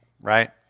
right